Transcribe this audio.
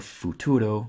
futuro